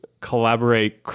collaborate